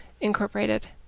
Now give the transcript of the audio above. incorporated